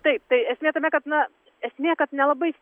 taip tai esmė tame kad na esmė kad nelabai